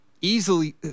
easily